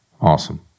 Awesome